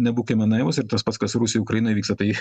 nebūkime naivūs ir tas pats kas rusijoj ukrainoj visa tai